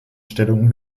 stellungen